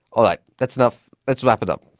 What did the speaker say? all right, that's enough, let's wrap it up.